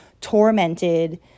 tormented